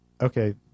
Okay